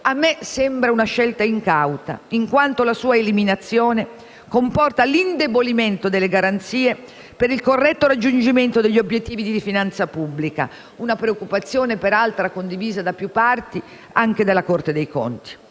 mi sembra una scelta incauta, in quanto la sua eliminazione comporta l'indebolimento delle garanzie per il corretto raggiungimento degli obiettivi di finanza pubblica; una preoccupazione peraltro condivisa da più parti, anche dalla Corte dei conti.